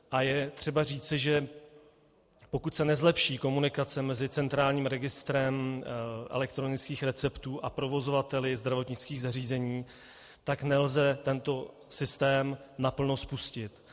A je třeba říci, že pokud se nezlepší komunikace mezi centrálním registrem elektronických receptů a provozovateli zdravotnických zařízení, tak nelze tento systém naplno spustit.